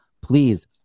Please